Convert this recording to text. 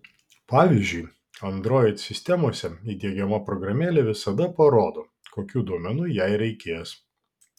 pavyzdžiui android sistemose įdiegiama programėlė visada parodo kokių duomenų jai reikės